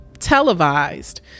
Televised